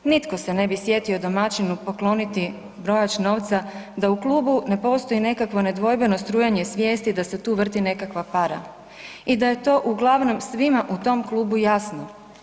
Nitko se ne bi sjetio domaćinu pokloniti brojač novca da u klubu ne postoji nekakvo nedvojbeno strujanje svijesti da se tu vrti nekakva para i da je to uglavnom svima u tom klubu jasno.